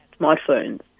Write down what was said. smartphones